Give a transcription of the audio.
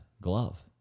glove